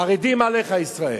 חרדים עליך ישראל.